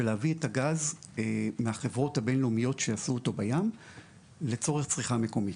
ולהביא את הגז מהחברות הבין-לאומיות שיעשו אותו בים לצורך צריכה מקומית.